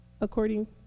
according